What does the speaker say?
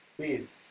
please.